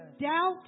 doubt